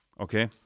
Okay